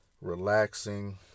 relaxing